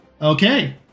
Okay